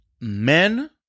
men